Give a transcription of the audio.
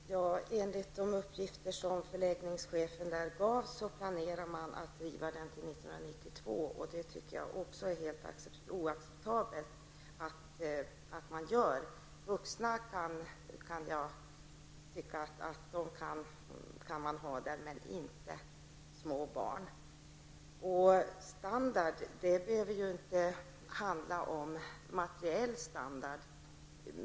Fru talman! Enligt de uppgifter som förläggningschefen gav planerar man att riva förläggningen 1992, vilket jag tycker är helt oacceptabelt. Jag tycker att man kan ha vuxna i förläggningen men inte små barn. Standard behöver ju inte handla om enbart materiell standard.